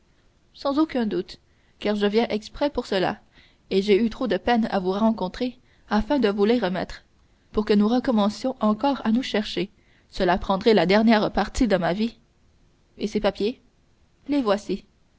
sans aucun doute car je viens exprès pour cela et j'ai eu trop de peine à vous rencontrer afin de vous les remettre pour que nous recommencions encore à nous chercher cela prendrait la dernière partie de ma vie et ces papiers les voici